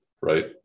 right